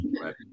Right